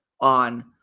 on